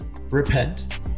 Repent